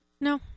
No